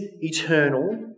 eternal